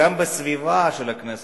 גם בסביבה של הכנסת,